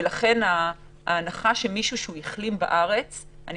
ולכן ההנחה היא שמישהו שהחלים בארץ ואני